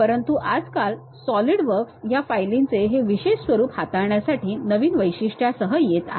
परंतु आजकाल सॉलिडवर्क्स या फायलींचे हे विशेष स्वरूप हाताळण्यासाठी नवीन वैशिष्ट्यांसह येत आहे